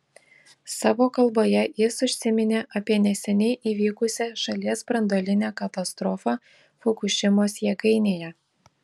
savo kalboje jis užsiminė apie neseniai įvykusią šalies branduolinę katastrofą fukušimos jėgainėje